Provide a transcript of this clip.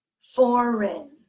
Foreign